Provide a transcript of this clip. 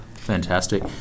Fantastic